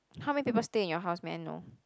how many people stay in your house may I know